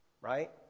right